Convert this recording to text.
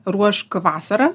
ruošk vasarą